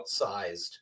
outsized